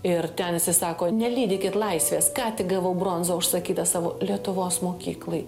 ir ten jisai sako nelydykit laisvės ką tik gavau bronzą užsakytą savo lietuvos mokyklai